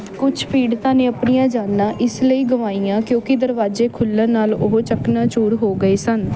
ਕੁਛ ਪੀੜਤਾਂ ਨੇ ਆਪਣੀਆਂ ਜਾਨਾਂ ਇਸ ਲਈ ਗੁਆਈਆਂ ਕਿਉਂਕਿ ਦਰਵਾਜ਼ੇ ਖੁੱਲ੍ਹਣ ਨਾਲ ਉਹ ਚਕਨਾਚੂਰ ਹੋ ਗਏ ਸਨ